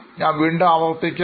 ഞാൻ വീണ്ടും ആവർത്തിക്കാം